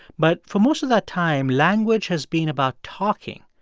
but for most of that time language has been about talking.